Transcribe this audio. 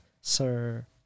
Sir